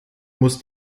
muss